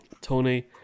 Tony